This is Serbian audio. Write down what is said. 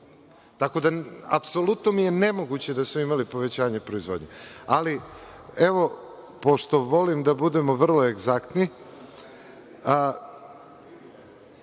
da je apsolutno nemoguće da su imali povećanje proizvodnje, ali evo, pošto volim da budem vrlo egzaktan,